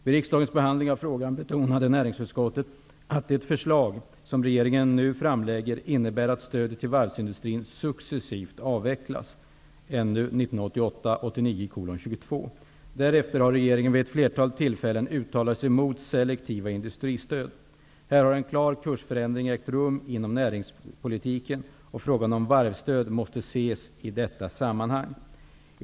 Vid riksdagens behandling av frågan betonade näringsutskottet att NU 1988/89:22. Därefter har regeringen vid ett flertal tillfällen uttalat sig mot selektiva industristöd. Här har en klar kursändring ägt rum inom näringspolitiken, och frågan om varvsstöd måste ses i detta sammanhang.